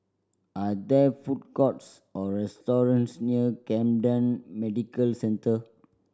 are there food courts or restaurants near Camden Medical Centre